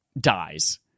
dies